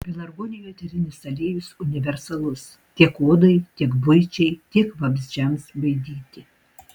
pelargonijų eterinis aliejus universalus tiek odai tiek buičiai tiek vabzdžiams baidyti